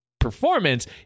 Performance